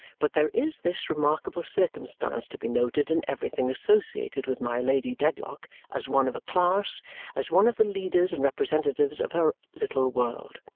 but there is this remarkable circumstance to be noted in everything associated with my lady dedlock as one of a class as one of the leaders and representatives of her little world.